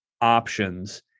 options